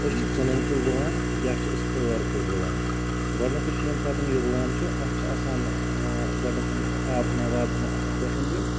أسۍ چھِ ژٕنن کُلۍ رُوان یا چھِ أسۍ ٲر کُل رُوان گۄڈنتھے چھ ییٚمہِ ساتہٕ یہِ رُوان چھِ اَتھ چھِ آسان گۄڈنٮ۪تھ آب ہنا واب ہنا اصل پٲٹھۍ